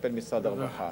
מטפל בו משרד הרווחה.